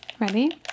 Ready